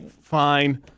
fine